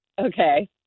Okay